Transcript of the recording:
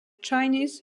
chinese